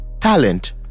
talent